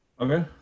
Okay